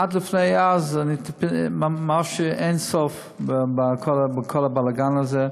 עד אז טיפלתי ממש בלי סוף בכל הבלגן הזה.